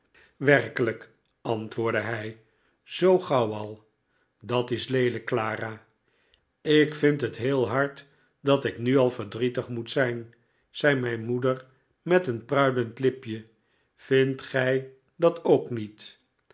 werkelijk antwoordde hij zoo gauw al dat is leelijk clara ik vind het heel hard dat ik nu al verdrietig moet zijn zei mijn moeder met een pruilend lipje vindt gij dat ook niet